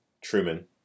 Truman